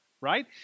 right